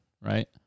right